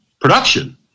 production